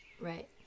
Right